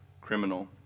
criminal